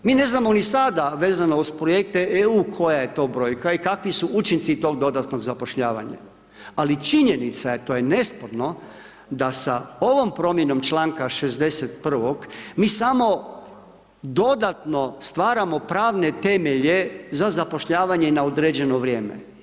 Mi ne znamo ni sada vezano uz Projekte EU koja je to brojka i kakvi su učinci tog dodatnog zapošljavanja, ali činjenica je, to je nesporno da sa ovom promjenom čl. 61. mi samo dodatno stvaramo pravne temelje za zapošljavanje na određeno vrijeme.